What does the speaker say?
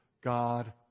God